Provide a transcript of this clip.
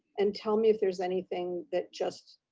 and tell me if there's anything that just